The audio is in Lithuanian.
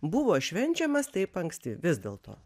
buvo švenčiamas taip anksti vis dėlto